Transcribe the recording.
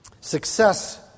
Success